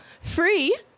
Free